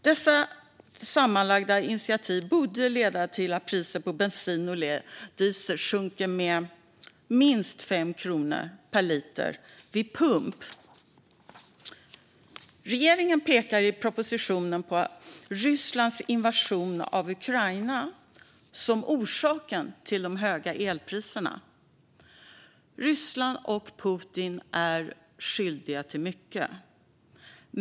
Dessa initiativ borde sammantaget leda till att priset på bensin och diesel sjunker med minst 5 kronor per liter vid pump. Regeringen pekar i propositionen på Rysslands invasion av Ukraina som orsaken till de höga elpriserna. Ryssland och Putin är skyldiga till mycket.